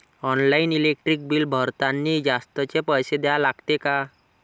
Online electric bill भरतानी जास्तचे पैसे द्या लागते का?